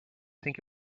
think